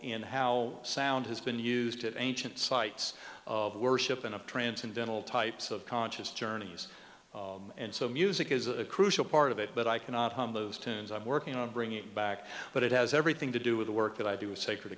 in how sound has been used it ancient sites of worship and of transcendental types of conscious journeys and so music is a crucial part of it but i cannot hum those tunes i'm working on bringing it back but it has everything to do with the work that i do with sacred